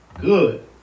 Good